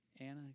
Anna